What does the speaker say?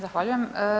Zahvaljujem.